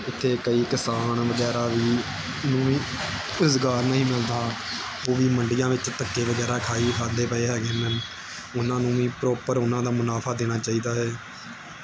ਇੱਥੇ ਕਈ ਕਿਸਾਨ ਵਗੈਰਾ ਵੀ ਨੂੰ ਵੀ ਰੁਜ਼ਗਾਰ ਨਹੀਂ ਮਿਲਦਾ ਉਹ ਵੀ ਮੰਡੀਆਂ ਵਿੱਚ ਧੱਕੇ ਵਗੈਰਾ ਖਾਈ ਖਾਂਦੇ ਪਏ ਹੈਗੇ ਨੇ ਉਹਨਾਂ ਨੂੰ ਵੀ ਪ੍ਰੋਪਰ ਉਹਨਾਂ ਦਾ ਮੁਨਾਫਾ ਦੇਣਾ ਚਾਹੀਦਾ ਹੈ